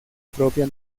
propia